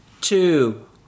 two